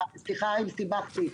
סליחה אם סיבכתי.